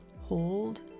hold